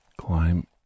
Climb